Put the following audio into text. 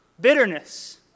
Bitterness